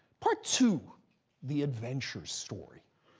part two the adventure story.